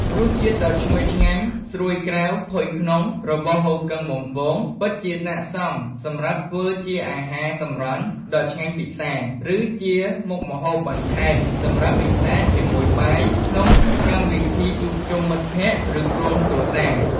រសជាតិដ៏ឈ្ងុយឆ្ងាញ់ ស្រួយក្រៅ ផុយក្នុង របស់ហ៊ូគឹងបំពង ពិតជាស័ក្តិសមសម្រាប់ធ្វើជាអាហារសម្រន់ដ៏ឆ្ងាញ់ពិសា ឬជាមុខម្ហូបបន្ថែមសម្រាប់ពិសាជាមួយបាយក្នុងកម្មវិធីជួបជុំមិត្តភក្តិ ឬក្រុមគ្រួសារ។